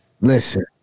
listen